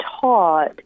taught